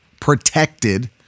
protected